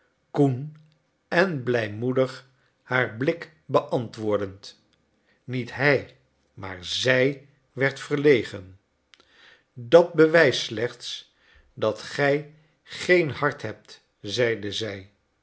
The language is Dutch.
koen en blijmoedig haar blik beantwoordend niet hij maar zij werd verlegen dat bewijst slechts dat gij geen hart hebt zeide zij